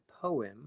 poem